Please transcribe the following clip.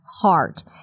heart